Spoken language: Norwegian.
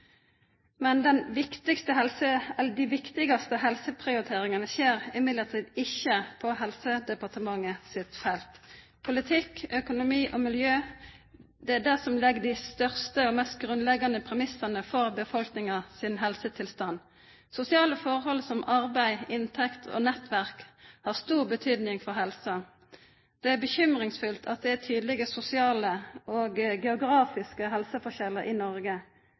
De viktigste helseprioriteringene skjer imidlertid ikke på Helsedepartementets felt. Politikk, økonomi og miljø legger de største og mest grunnleggende premissene for befolkningens helsetilstand. Sosiale forhold som arbeid, inntekt og nettverk har stor betydning for helsen. Det er bekymringsfullt at det er tydelige sosiale og geografiske helseforskjeller i Norge.